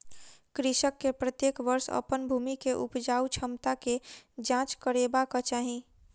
कृषक के प्रत्येक वर्ष अपन भूमि के उपजाऊ क्षमता के जांच करेबाक चाही